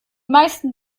meisten